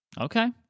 Okay